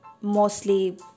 mostly